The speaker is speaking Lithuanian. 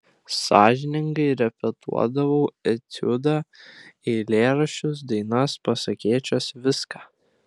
sąžiningai repetuodavau etiudą eilėraščius dainas pasakėčias viską